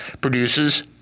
produces